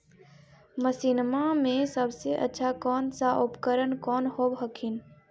मसिनमा मे सबसे अच्छा कौन सा उपकरण कौन होब हखिन?